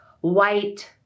white